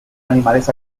animales